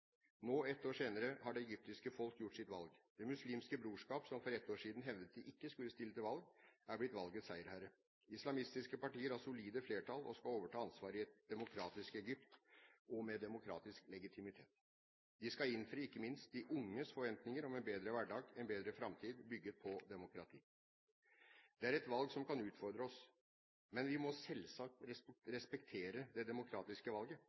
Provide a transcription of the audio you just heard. Nå, ett år senere, har det egyptiske folk gjort sitt valg. Det muslimske brorskapet – som for ett år siden hevdet de ikke skulle stille til valg – er blitt valgets seierherre. Islamistiske partier har solid flertall og skal overta ansvaret i et demokratisk Egypt og med demokratisk legitimitet. De skal innfri – ikke minst – de unges forventninger om en bedre hverdag, en bedre framtid, bygget på demokrati. Det er et valg som kan utfordre oss. Men vi må selvsagt respektere det demokratiske valget.